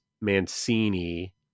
Mancini